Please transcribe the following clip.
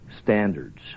standards